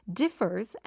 differs